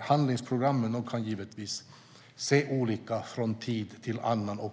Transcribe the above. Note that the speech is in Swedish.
Handlingsprogrammen kan givetvis se olika ut från tid till annan